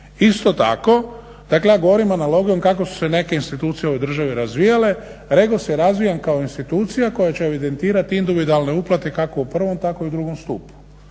Isto tako, dakle ja govorim analogijom kako su se neke institucije u ovoj državi razvijale, REGOS je razvijan kao institucija koja će evidentirat individualne uplate kako u prvom tako i u drugom stupu.